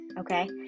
okay